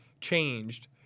changed